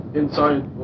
inside